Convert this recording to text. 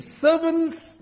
servants